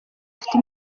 afite